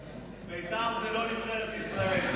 בית"ר, בית"ר זה לא נבחרת ישראל.